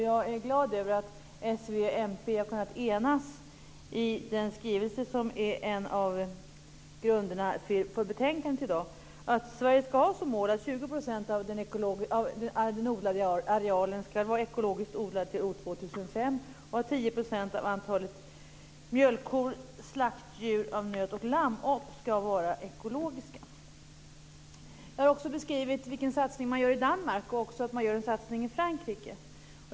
Jag är glad över att Socialdemokraterna, Vänsterpartiet och Miljöpartiet har kunnat enas i den skrivelse som är en av grunderna för betänkandet i dag. Sverige ska ha som mål att 20 % av den odlade arealen ska vara ekologiskt odlad till år 2005, och att 10 % av antalet mjölkkor och slaktdjur av nöt och lamm ska vara ekologiska. Jag har också beskrivit vilken satsning man gör i Danmark, och också att man gör en satsning i Frankrike.